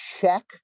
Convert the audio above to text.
check